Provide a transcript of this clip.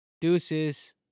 Deuces